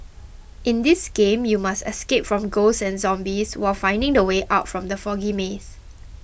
in this game you must escape from ghosts and zombies while finding the way out from the foggy maze